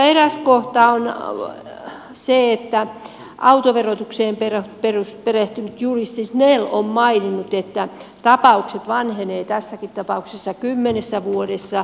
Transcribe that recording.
eräs kohta on se että autoverotukseen perehtynyt juristi snell on maininnut että tapaukset vanhenevat tässäkin tapauksessa kymmenessä vuodessa